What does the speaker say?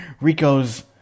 Rico's